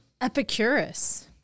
Epicurus